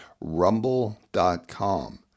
Rumble.com